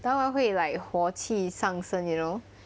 当然会 like 火气上身 you know